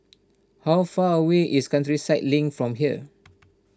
how far away is Countryside Link from here